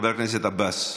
חבר הכנסת עבאס,